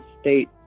state